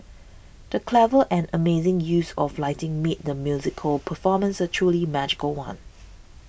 the clever and amazing use of lighting made the musical performance a truly magical one